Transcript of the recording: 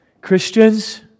Christians